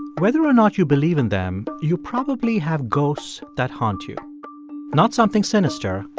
whether or not you believe in them, you probably have ghosts that haunt you not something sinister,